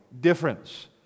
difference